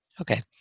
Okay